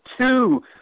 two